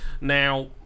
Now